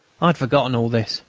i had forgotten all this.